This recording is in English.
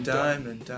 diamond